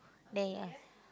they ah